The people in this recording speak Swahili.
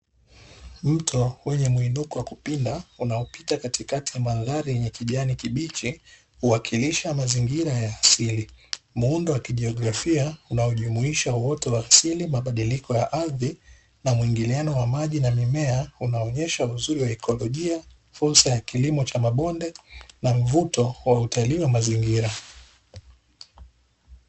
Mto kwenye muinuko wa kupinda unaupita katikati ya madhara yenye kijani kibichi uwakilisha mazingira ya asili muundo wa kijiografia na ujumuisha wote wa asili mabadiliko ya ardhi na mwingiliano wa maji na mimea unaonyesha uzuri wa ekolojia fursa ya kilimo cha mabonde na mvuto wa utalii wa mazingira.